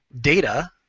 data